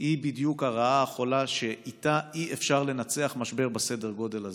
היא בדיוק הרעה החולה שאיתה אי-אפשר לנצח משבר בסדר גודל הזה.